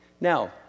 Now